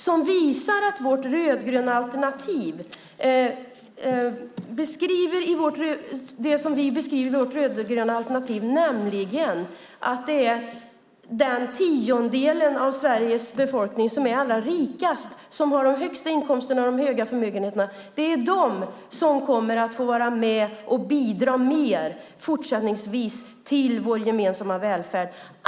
De visar det som vi beskriver i vårt rödgröna alternativ, nämligen att den tiondel av Sveriges befolkning som är allra rikast, som har de högsta inkomsterna och de stora förmögenheterna är de som kommer att få vara med och bidra mer fortsättningsvis till vår gemensamma välfärd.